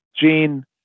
gene